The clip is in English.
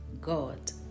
God